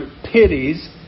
pities